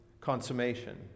Consummation